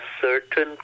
certain